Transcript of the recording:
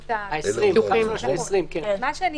במקומות --- קפסולות של 20, כן.